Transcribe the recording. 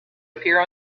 appear